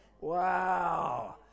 Wow